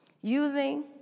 using